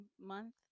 month